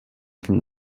from